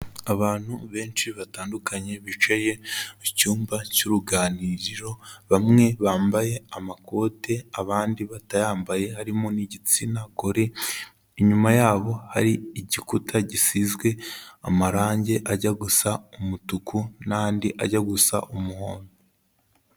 Abantu benshi batandukanye bicaye mu cyumba cy'uruganiriro, bamwe bambaye amakote, abandi batayambaye harimo n'igitsina gore, inyuma yabo hari igikuta gisizwe amarangi ajya gusa umutuku n'andi ajya gusa umuhondo.